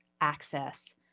access